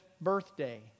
birthday